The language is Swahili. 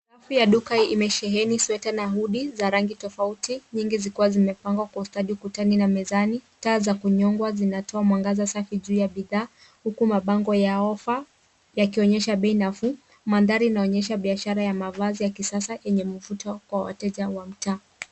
Rafu ya duka imesheheni sweta na hoodie za rangi tofauti nyingi zikiwa zimepangwa kwa ustadi ukutani na mezani taa za kunyongwa zinatoa mwangaza safi juu ya bidhaa huku mabango yao yakionyesha bei nafuu mandhari inaonyesha biashara ya mavazi ya kisasa yenye mvuto kwa wateja wa mtaa.